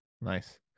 Nice